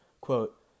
Quote